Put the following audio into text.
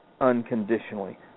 unconditionally